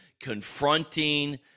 confronting